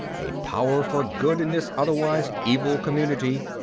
a power for good in this otherwise evil community.